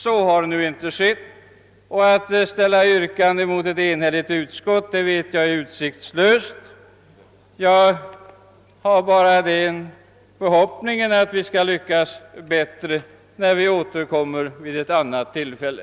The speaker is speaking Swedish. Så har nu inte skett, och att ställa ett yrkande mot ett enhälligt utskott vet jag är utsiktslöst. Jag uttrycker därför bara förhoppningen att vi skall lyckas bättre när vi återkommer till denna fråga vid annat tillfälle.